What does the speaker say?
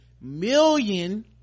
million